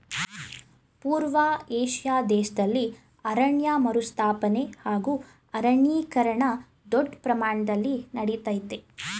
ಪೂರ್ವ ಏಷ್ಯಾ ದೇಶ್ದಲ್ಲಿ ಅರಣ್ಯ ಮರುಸ್ಥಾಪನೆ ಹಾಗೂ ಅರಣ್ಯೀಕರಣ ದೊಡ್ ಪ್ರಮಾಣ್ದಲ್ಲಿ ನಡಿತಯ್ತೆ